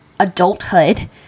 adulthood